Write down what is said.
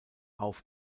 auf